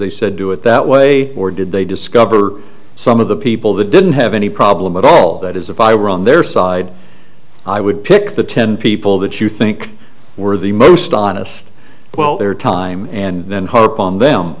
they said do it that way or did they discover some of the people that didn't have any problem at all that is if i were on their side i would pick the ten people that you think we're the most honest well there are time and then hope on them